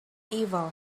evil